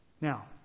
Now